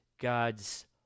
God's